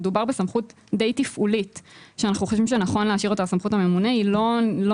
מדובר בסמכות די תפעולית שאנחנו חושבים